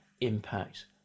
impact